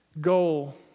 goal